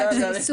הגמלאים?